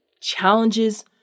challenges